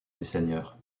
messeigneurs